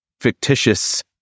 fictitious